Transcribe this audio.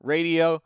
Radio